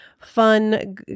fun